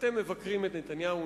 אתם מבקרים את נתניהו,